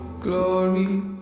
glory